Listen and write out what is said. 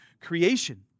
creation